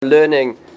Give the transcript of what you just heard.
Learning